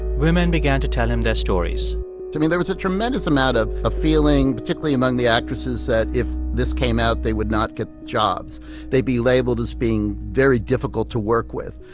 women began to tell him their stories i mean, there was a tremendous tremendous amount of of feeling, particularly among the actresses, that if this came out, they would not get jobs they'd be labeled as being very difficult to work with.